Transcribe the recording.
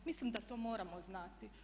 Mislim da to moramo znati.